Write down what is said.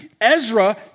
Ezra